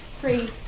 Three